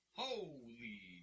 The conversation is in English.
holy